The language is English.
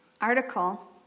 article